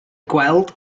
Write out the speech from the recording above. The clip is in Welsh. gweld